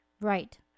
right